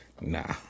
Nah